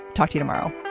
talk to you tomorrow